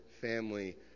family